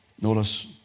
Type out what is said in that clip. Notice